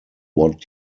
what